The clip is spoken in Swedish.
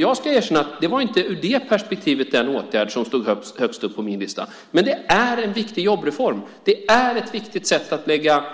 Jag ska erkänna att det ur det perspektivet inte var den åtgärd som stod högst upp på min lista, men det är en viktig jobbreform. Det är ett viktigt sätt att bredda